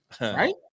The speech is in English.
Right